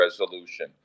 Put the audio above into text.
resolution